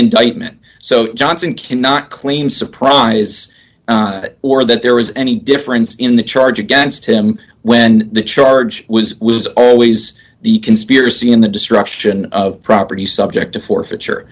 indictment so johnson cannot claim surprise or that there is any difference in the charge against him when the charge was was always the conspiracy in the destruction of property subject to forfeit